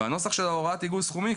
בנוסח של ההוראה לעיגול סכומים,